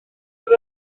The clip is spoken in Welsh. fydd